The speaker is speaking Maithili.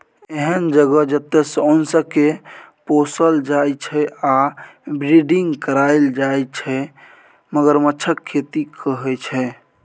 एहन जगह जतय सोंइसकेँ पोसल जाइ छै आ ब्रीडिंग कराएल जाइ छै मगरमच्छक खेती कहय छै